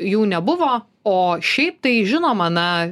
jų nebuvo o šiaip tai žinoma na